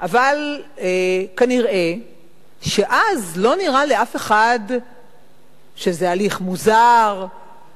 אבל כנראה אז לא נראה לאף אחד שזה הליך מוזר או לא